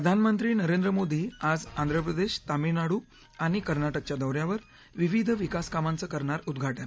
प्रधानमंत्री नरेंद्र मोदी आज आंध्रप्रदेश तामिळनाडू आणि कर्नाटकच्या दौ यावर विविध विकासकामांचं करणार उद्घाटन